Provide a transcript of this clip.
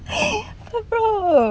but bro